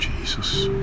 Jesus